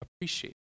appreciate